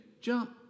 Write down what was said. jump